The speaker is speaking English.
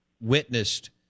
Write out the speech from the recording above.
witnessed